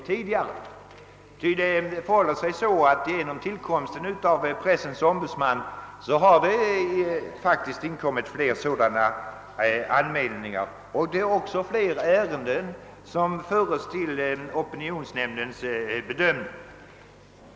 Tillsättandet av pressens ombudsman har nämligen lett till att det har inkommit flera anmälningar, och det är nu också fler ärenden än tidigare som förs till opinionsnämndens bedömning.